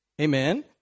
Amen